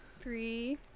Three